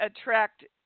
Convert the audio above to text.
attract